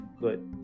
good